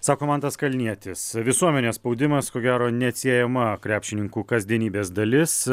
sako mantas kalnietis visuomenės spaudimas ko gero neatsiejama krepšininkų kasdienybės dalis